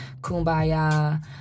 kumbaya